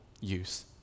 use